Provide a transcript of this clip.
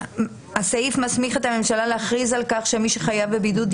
הסעיף מסמיך את הממשלה להכריז על כך שמי שחייב בבידוד,